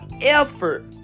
effort